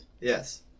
Yes